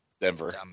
Denver